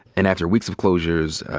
and after weeks of closures,